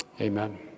amen